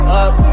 up